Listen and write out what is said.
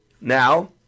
Now